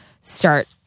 start